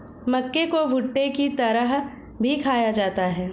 मक्के को भुट्टे की तरह भी खाया जाता है